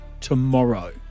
tomorrow